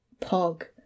Pog